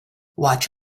watch